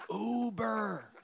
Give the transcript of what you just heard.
Uber